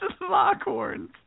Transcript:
Lockhorns